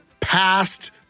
past